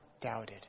doubted